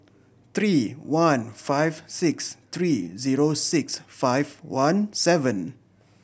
three one five six three zero six five one seven